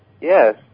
Yes